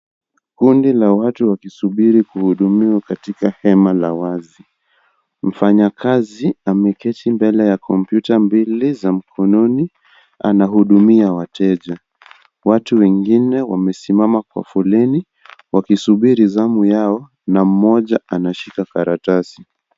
Kundi la watu wakisubiri kuhudumiwa katika hema la wazi, mfanyikazi ameketi mbele ya kompyuta mbili za mkononi anahudumia wateja ,watu wengine wamesimama kwa foleni wakisubiri zamu yao na mmoja ameshika karatasi.